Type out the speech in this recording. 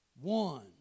One